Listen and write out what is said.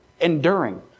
Enduring